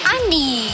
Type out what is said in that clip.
Andy